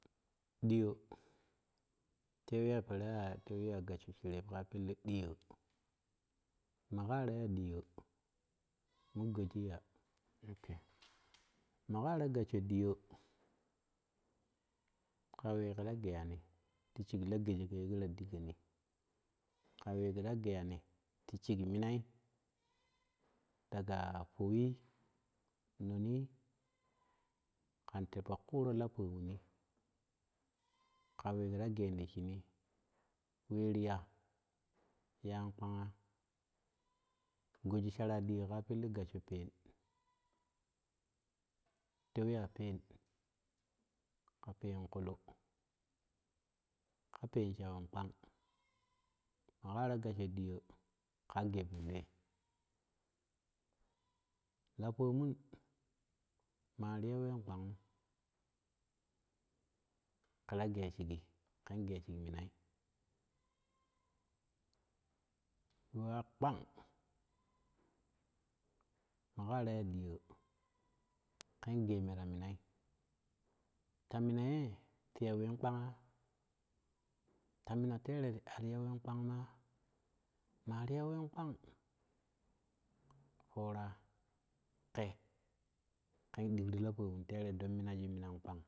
Diyo tewe ya peera twei ya gassho shereb ka pelle ɗiiyo magaa ta ya ɗiyo mo goji ya maga ta gassho ɗiyo ko wee ye keta geeya ni ti shig la geeje go ye keta ɗigon ka wee keta geeyani ti shig minai daja fowi nonii kan te pokuuro ta lapomuni ka wee keta nen ti shimi wee riya yaan kpanga goji sharaa ɗiyo ka pelle gassho peen tewe ya peen ka peen kulu ka peen shawun kpang maga ta gassho ɗiyo ka gee menme lapomun mata ya ween kpangu laa gee shigi ken gee shig minai yuwa kpang maga ra ya ɗiyo ken gee me ta minai ra ya ɗiyo ken gee me ta minai ta mina ye ti ya ween kpanga? Ta mina teere ati ya ween kpang maa? Maa ri ya ween kpang yoora ke ken ɗigru la pomun teere don minajui minan kpang.